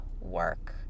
work